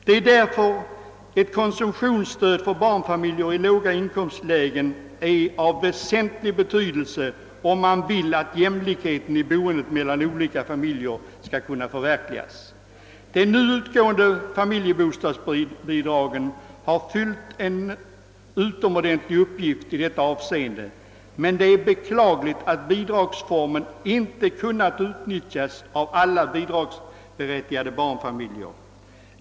Det är därför som ett konsumtionsstöd för barnfamiljer i låga inkomstlägen är av väsentlig betydelse, om man vill att jämlikheten i boendet mellan olika familjer skall kunna förverkligas. De nu utgående familjebostadsbidragen har fyllt en utomordentlig uppgift i detta avseende, men det är beklagligt att bidragsformen inte kunnat utnyttjas av alla bidragsberättigade barnfamiljer.